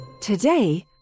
Today